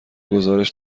گزارش